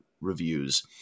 reviews